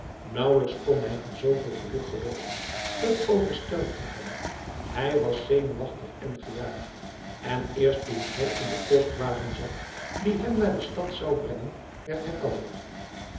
nauwelijks kon hij aan zooveel geluk gelooven t overstelpte hem hij was zenuwachtig en gejaagd en eerst toen hij in den postwagen zat die hem naar de stad zou brengen werd hij kalmer